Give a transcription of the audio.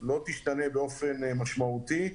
לא תשתנה באופן משמעותי,